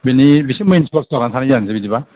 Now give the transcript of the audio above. बिनि बेसो मेन सर्स जानानै थानाय जानोसै बिदिबा